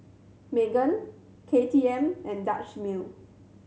Megan K T M and Dutch Mill